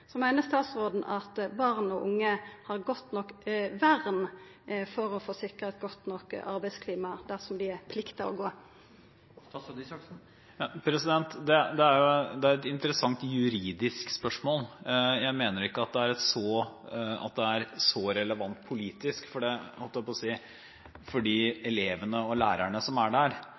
Så meiner statsråden at barn og unge har godt nok vern for å få sikra eit godt nok arbeidsklima der dei er plikta å gå? Det er et interessant juridisk spørsmål. Jeg mener ikke at det er så relevant politisk, for for de elevene og lærerne som er der, er det litt hipp som happ om det er Arbeidstilsynet eller noen andre som går inn. Jeg mener også at det er